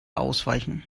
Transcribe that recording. ausweichen